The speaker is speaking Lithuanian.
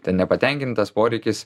ten nepatenkintas poreikis